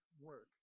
work